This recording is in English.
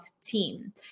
team